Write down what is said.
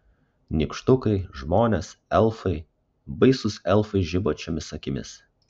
nykštukai žmonės elfai baisūs elfai žibančiomis akimis